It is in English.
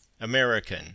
American